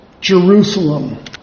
Jerusalem